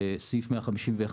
סעיף 151,